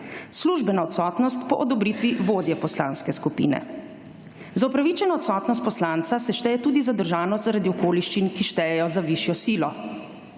službeno odsotnost po odobritvi vodje poslanske skupine. Za opravičeno odsotnost poslanca se šteje tudi zadržanost zaradi okoliščin, ki štejejo za višjo silo.